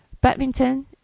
badminton